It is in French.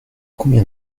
combien